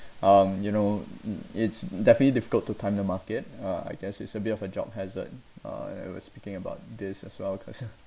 um you know it's definitely difficult to time the market uh I guess it's a bit of a job hazard uh I was speaking about this as well cause uh